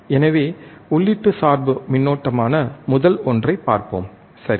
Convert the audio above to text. எனவே உள்ளீட்டு சார்பு மின்னோட்டமான முதல் ஒன்றைப் பார்ப்போம் சரி